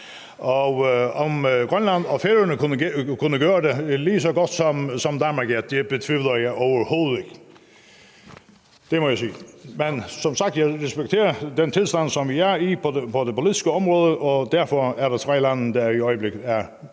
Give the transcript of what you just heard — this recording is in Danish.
Om Grønland og Færøerne kunne gøre det ligeså godt som Danmark, ja, det betvivler jeg overhovedet ikke. Det må jeg sige. Men som sagt respekterer jeg den tilstand, som vi står i på det politiske område, og derfor er der tre lande, der i øjeblikket er med